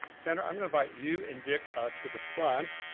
sandra i'm gonna invite you and dick to the front.